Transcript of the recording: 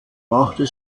machte